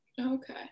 Okay